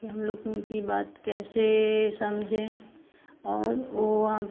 कि हमलोग उनकी बात कैसे समझें और वह वहाँ पर